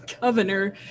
governor